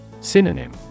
Synonym